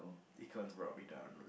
econs brought me down